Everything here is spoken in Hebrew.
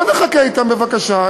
בוא נחכה אתם בבקשה,